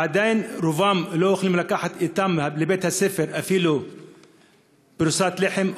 ועדיין רובם לא יכולים לקחת אתם לבית-הספר אפילו פרוסת לחם,